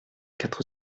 quatre